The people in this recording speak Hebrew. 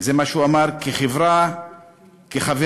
זה מה שהוא אמר, כחברה קבועה